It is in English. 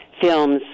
films